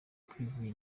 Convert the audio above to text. twivuye